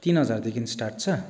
तिन हजारदेखि स्टार्ट छ